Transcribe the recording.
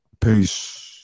Peace